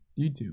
YouTube